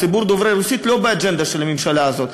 הציבור דובר הרוסית לא באג'נדה של הממשלה הזאת.